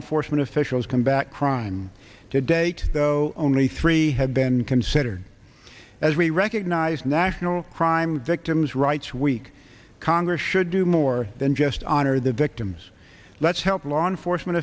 enforcement officials combat crime to date though only three have been considered as we recognize national crime victims rights week congress should do more than just honor the victims let's help law enforcement